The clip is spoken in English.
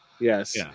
Yes